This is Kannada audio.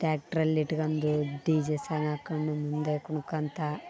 ಟ್ಯಾಕ್ಟ್ರಲ್ಲಿ ಇಟ್ಕೊಂಡು ಡಿ ಜೆ ಸಾಂಗ್ ಹಾಕ್ಕೊಂಡು ಮುಂದೆ ಕುಣ್ಕೋತಾ